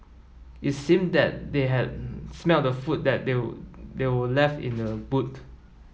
it seemed that they had smelt the food that were were left in the boot